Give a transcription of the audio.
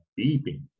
beeping